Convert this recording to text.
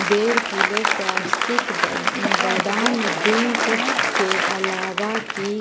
डेढ़ किलो स्वास्तिक्स बदाम ड्रिंकके अलावा की